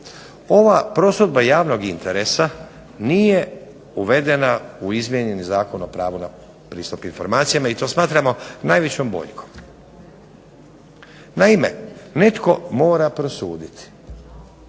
Ova prosudba javnog interesa nije uvedena u izmijenjeni Zakon o pravu na pristup informacijama i to smatramo najvećom boljkom. Naime, netko mora prosuditi